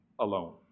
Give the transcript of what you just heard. alone